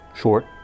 Short